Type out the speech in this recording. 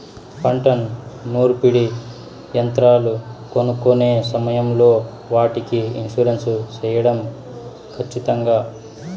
పంట నూర్పిడి యంత్రాలు కొనుక్కొనే సమయం లో వాటికి ఇన్సూరెన్సు సేయడం ఖచ్చితంగా?